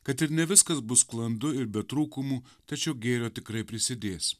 kad ir ne viskas bus sklandu ir be trūkumų tačiau gėrio tikrai prisidės